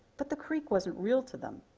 but the creek wasn't real to them.